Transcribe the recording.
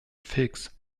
figs